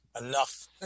enough